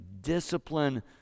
discipline